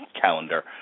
calendar